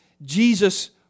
Jesus